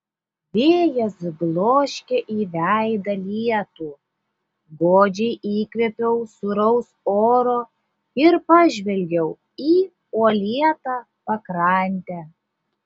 vėjas bloškė į veidą lietų godžiai įkvėpiau sūraus oro ir pažvelgiau į uolėtą pakrantę